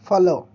follow